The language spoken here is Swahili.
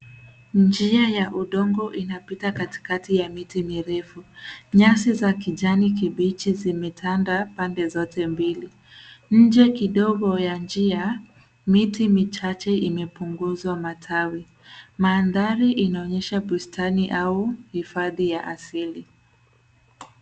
Njia ya udongo inapita katikati ya miti mirefu. Nyasi za kijani kibichi zimetanda pande zote mbili. Nje kidogo ya njia, miti michache imepunguzwa matawi. Mandhari inaonyesha bustani au hifadhi ya asili.